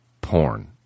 porn